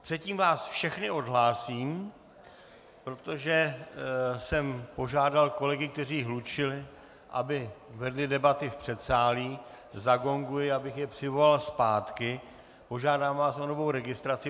Předtím vás všechny odhlásím, protože jsem požádal kolegy, kteří hlučeli, aby vedli debaty v předsálí, zagonguji, abych je přivolal zpátky, požádám vás o novou registraci.